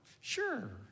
sure